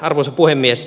arvoisa puhemies